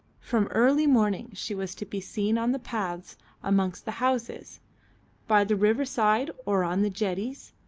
from early morning she was to be seen on the paths amongst the houses by the riverside or on the jetties,